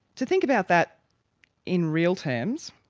to think about that in real terms,